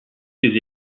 ces